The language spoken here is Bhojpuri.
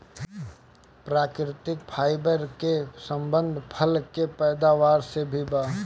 प्राकृतिक फाइबर के संबंध फल के पैदावार से भी बा